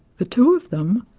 the two of them,